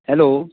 hello